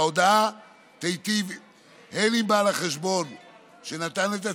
ההודעה תיטיב הן עם בעל החשבון שנתן את הצ'ק,